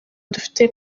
dufite